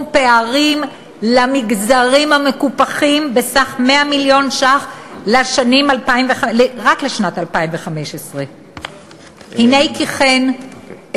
פערים למגזרים המקופחים בסך 100 מיליון ש"ח רק לשנת 2015. הנה כי כן,